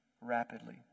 rapidly